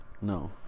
No